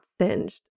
singed